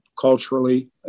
culturally